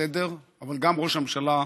בסדר, אבל גם ראש הממשלה,